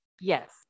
Yes